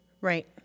Right